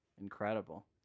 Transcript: Incredible